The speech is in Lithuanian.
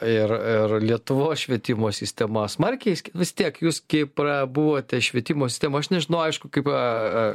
ir ir lietuvos švietimo sistema smarkiai vis tiek jūs gi prabuvote švietimo sistemoj aš nežinau aišku kaip a